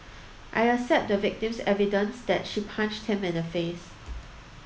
I accept the victim's evidence that she punched him in the face